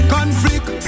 Conflict